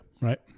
Right